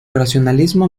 racionalismo